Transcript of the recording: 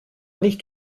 nicht